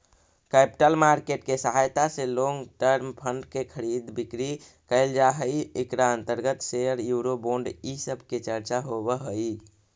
capital market के सहायता से लोंग टर्म फंड के खरीद बिक्री कैल जा हई इकरा अंतर्गत शेयर यूरो बोंड इ सब के चर्चा होवऽ हई